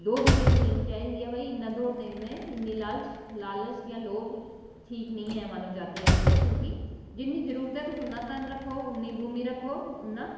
दौ बीघा जमीन चाहिदी ऐ ते इन्ना लालच जां लोभ ठीक निं ऐ मानव जाति आस्तै की के जिन्नी जरूरत ऐ तुस उन्ना रक्खो ते उन्नी भूमि रक्खो